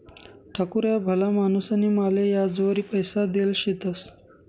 ठाकूर ह्या भला माणूसनी माले याजवरी पैसा देल शेतंस